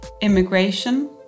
Immigration